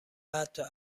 حتا